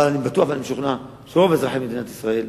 אבל אני בטוח ואני משוכנע שרוב אזרחי מדינת ישראל,